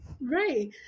right